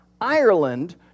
Ireland